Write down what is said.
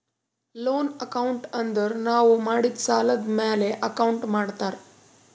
loan account ಅಂದುರ್ ನಾವು ಮಾಡಿದ್ ಸಾಲದ್ ಮ್ಯಾಲ ಅಕೌಂಟ್ ಮಾಡ್ತಾರ್